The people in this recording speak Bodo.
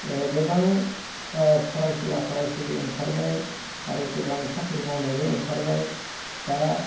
गोबां फरायसुला फरायसुलि ओंखारबाय आरो गोबां साख्रि मावनायबो ओंखारबाय दा